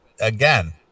again